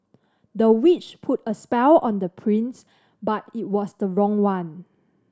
the witch put a spell on the prince but it was the wrong one